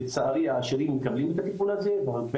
לצערי העשירים מקבלים את הטיפול הזה והרבה